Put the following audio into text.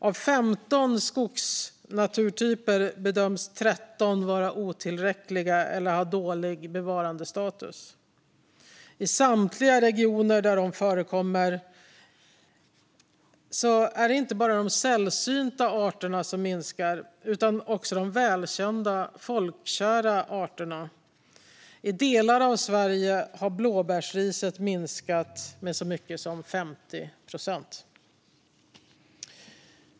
Av 15 skogsnaturtyper bedöms 13 vara otillräckliga eller ha dålig bevarandestatus. I samtliga regioner där de förekommer minskar inte bara de sällsynta arterna utan även de välkända, folkkära arterna. I delar av Sverige har blåbärsriset minskat med så mycket som 50 procent.